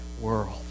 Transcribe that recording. world